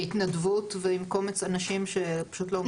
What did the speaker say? בהתנדבות ועם קומץ אנשים שפשוט לא עומדים בזה.